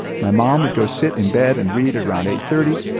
my mom would go sit in bed and read around eight thirty.